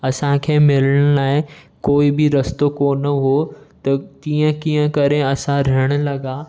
असांखे मिलण लाइ कोई बि रस्तो कोन हुओ त कीअं कीअं करे असां रहणु लॻा